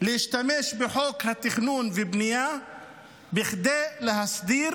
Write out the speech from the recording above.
להשתמש בחוק התכנון והבנייה כדי להסדיר